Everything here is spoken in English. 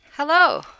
Hello